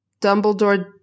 Dumbledore